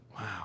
wow